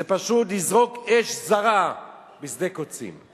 זה פשוט לזרוק אש זרה בשדה קוצים.